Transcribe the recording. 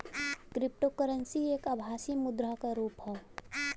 cryptocurrency एक आभासी मुद्रा क रुप हौ